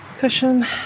Cushion